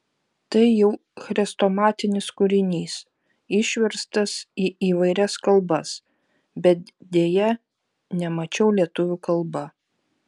tai jau chrestomatinis kūrinys išverstas į įvairias kalbas bet deja nemačiau lietuvių kalba